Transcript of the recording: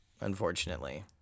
unfortunately